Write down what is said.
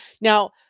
now